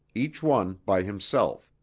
each one by himself,